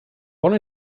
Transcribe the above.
wanna